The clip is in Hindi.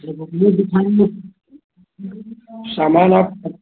ये बुकलेट दिखाएँगे सामान आप